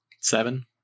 Seven